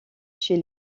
chez